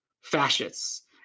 fascists